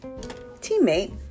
teammate